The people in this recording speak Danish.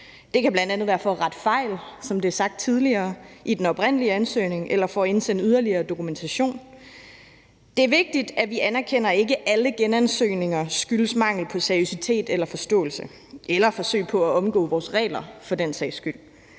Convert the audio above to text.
Det kan bl.a. være for at rette fejl, som det er sagt tidligere, i den oprindelige ansøgning eller for at indsende yderligere dokumentation. Det er vigtigt, at vi anerkender, at ikke alle genansøgninger skyldes mangel på seriøsitet eller forståelse eller forsøg på at omgå vores regler for den sags skyld.